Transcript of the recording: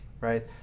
right